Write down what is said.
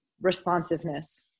responsiveness